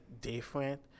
different